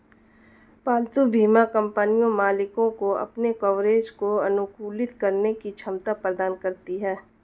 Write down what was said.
पालतू बीमा कंपनियां मालिकों को अपने कवरेज को अनुकूलित करने की क्षमता प्रदान करती हैं